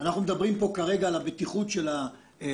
אנחנו מדברים פה כרגע על הבטיחות של העובדים,